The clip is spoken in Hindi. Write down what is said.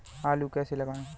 आलू कैसे लगाएँ?